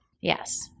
Yes